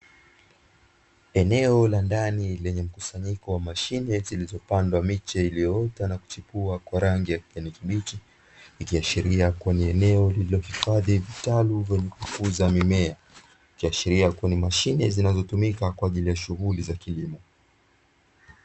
Eneo la ndani lenye mkusanyiko wa mashine zilizopandwa miche, iliyoota na kuchipua kwa rangi ya kijani kibichi, Ikiashiria kwenye eneo lililohifadhi vitalu vyenye kukuza mimea vya sheria kwenye mashine zinazotumika kwa ajili ya shughuli za kilimo.